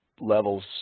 levels